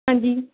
ਹਾਂਜੀ